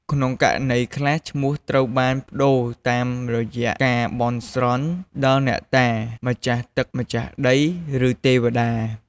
ក្នុងករណីខ្លះ ឈ្មោះត្រូវបានប្ដូរតាមរយៈការ បន់ស្រន់ដល់អ្នកតា ម្ចាស់ទឹកម្ចាស់ដី ឬទេវតា។